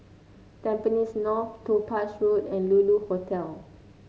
Tampines North Topaz Road and Lulu Hotel